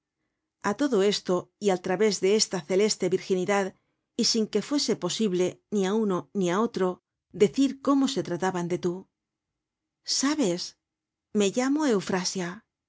a todo esto y al través de esta celeste virginidad y sin que fuese posible ni á uno ni á otro decir cómo se trataban de tú sabes me llamo eufrasia